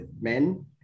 men